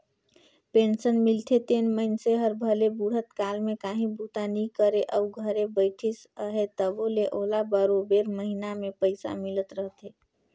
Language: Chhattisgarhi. पेंसन मिलथे तेन मइनसे हर भले बुढ़त काल में काहीं बूता नी करे अउ घरे बइठिस अहे तबो ले ओला बरोबेर महिना में पइसा मिलत रहथे